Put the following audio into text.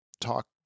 talk